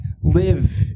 live